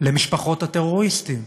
למשפחות הטרוריסטים?